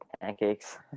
Pancakes